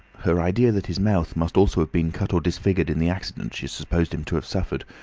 her idea that his mouth must also have been cut or disfigured in the accident she supposed him to have suffered,